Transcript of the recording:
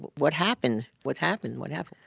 what happened? what happened? what happened?